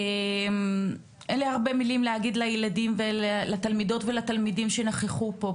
אין לי הרבה מילים להגיד לילדים ולתמידות ולתלמידים שנכחו פה,